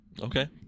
Okay